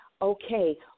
okay